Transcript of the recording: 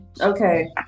okay